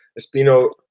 Espino